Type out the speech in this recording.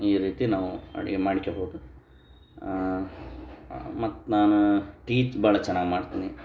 ಈ ರೀತಿ ನಾವು ಅಡುಗೆ ಮಾಡ್ಕಬೋದು ಮತ್ತು ನಾನು ಟೀ ಭಾಳ ಚೆನ್ನಾಗಿ ಮಾಡ್ತೀನಿ